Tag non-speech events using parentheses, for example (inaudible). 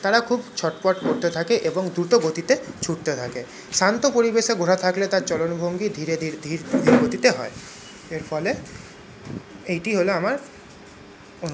তারা খুব ছটফট করতে থাকে এবং দ্রুত গতিতে ছুটতে থাকে শান্ত পরিবেশে ঘোড়া থাকলে তার চলন ভঙ্গি ধীরে ধীরে ধীর গতিতে হয় এর ফলে এইটি হল আমার (unintelligible)